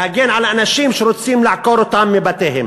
להגן על אנשים שרוצים לעקור אותם מבתיהם.